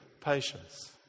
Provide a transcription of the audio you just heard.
patience